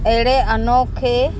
अहिड़े अनोखे